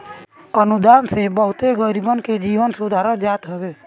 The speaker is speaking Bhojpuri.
अनुदान से बहुते गरीबन के जीवन सुधार जात हवे